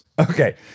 Okay